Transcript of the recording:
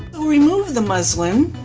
i'll remove the muslin,